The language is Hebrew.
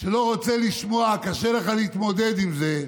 שלא רוצה לשמוע, קשה לך להתמודד עם זה: